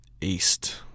east